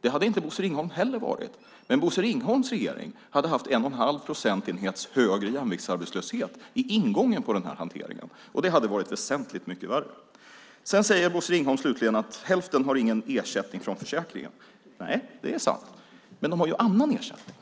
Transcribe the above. Det hade inte Bosse Ringholm heller varit. Men Bosse Ringholms regering hade haft en och en halv procentenhets högre jämviktsarbetslöshet i ingången på den här halveringen, och det hade varit väsentligt mycket värre. Bosse Ringholm säger slutligen att hälften inte har någon ersättning från försäkringen. Nej, det är sant. Men de har annan ersättning.